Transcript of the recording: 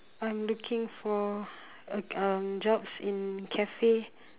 I'm looking for a um jobs in cafe